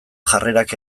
jarrerak